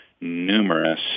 Numerous